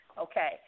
okay